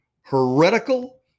heretical